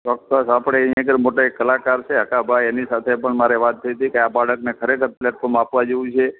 ચોક્કસ આપણે અહીં આગળ મોટા એક કલાકાર છે હકાભાઈ એની સાથે પણ મારે વાત થઈ હતી કે આ બાળકને ખરેખર પ્લેટફોર્મ આપવા જેવું છે